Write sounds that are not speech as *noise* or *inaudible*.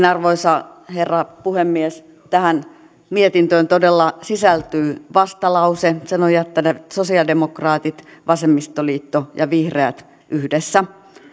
*unintelligible* arvoisa herra puhemies tähän mietintöön todella sisältyy vastalause sen ovat jättäneet sosialidemokraatit vasemmistoliitto ja vihreät yhdessä